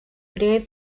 primer